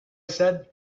said